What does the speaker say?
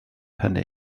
hynny